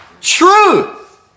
truth